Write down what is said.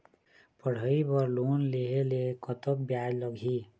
पढ़ई बर लोन लेहे ले कतक ब्याज लगही?